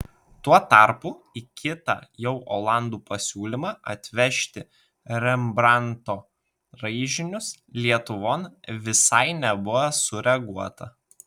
tuo tarpu į kitą jau olandų pasiūlymą atvežti rembrandto raižinius lietuvon visai nebuvo sureaguota